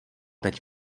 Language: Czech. teď